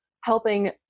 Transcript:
helping